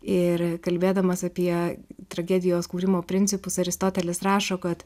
ir kalbėdamas apie tragedijos kūrimo principus aristotelis rašo kad